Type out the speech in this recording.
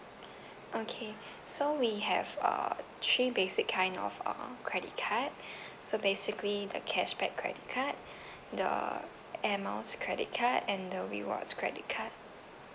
okay so we have uh three basic kind of um credit card so basically the cashback credit card the air miles credit card and the rewards credit card